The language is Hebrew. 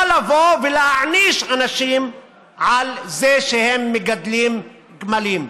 לא לבוא ולהעניש אנשים על זה שהם מגדלים גמלים.